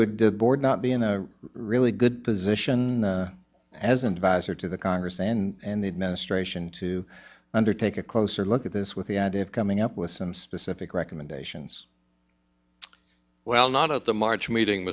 would board not be in a really good position as an advisor to the congress and the administration to undertake a closer look at this with the idea of coming up with some specific recommendations well not at the march meeting